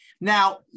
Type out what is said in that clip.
now